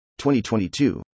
2022